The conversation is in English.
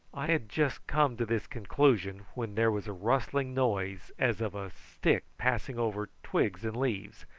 i had just come to this conclusion when there was a rustling noise as of a stick passing over twigs and leaves,